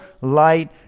light